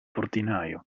portinaio